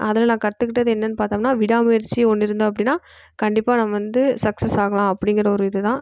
அதில் நான் கற்றுக்கிட்டது என்னன்னு பார்த்தோம்னா விடாமுயற்சி ஒன்று இருந்தோம் அப்படின்னா கண்டிப்பாக நம்ம வந்து சக்சஸ் ஆகலாம் அப்படிங்குற ஒரு இதுதான்